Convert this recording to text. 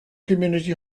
community